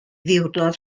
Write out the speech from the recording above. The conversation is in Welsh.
ddiwrnod